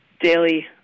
daily